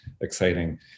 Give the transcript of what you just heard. exciting